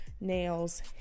nails